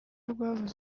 rwavuze